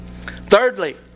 Thirdly